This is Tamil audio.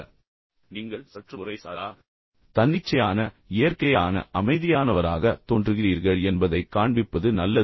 எனவே நீங்கள் சற்று முறைசாரா தன்னிச்சையான இயற்கையான அமைதியானவராக தோன்றுகிறீர்கள் என்பதைக் காண்பிப்பது நல்லது